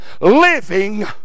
living